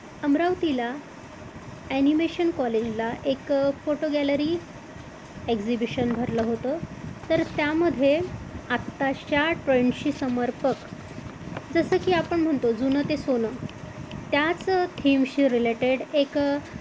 अमरावतीला ॲनिमेशन कॉलेजला एक फोटो गॅलरी एक्झिबिशन भरलं होतं तर त्यामध्ये आत्ताच्या ट्रेंडशी समर्पक जसं की आपण म्हणतो जुनं ते सोनं त्याच थीमशी रिलेटेड एक